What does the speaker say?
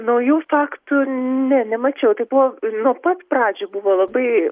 naujų faktų ne nemačiau tai buvo nuo pat pradžių buvo labai